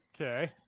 Okay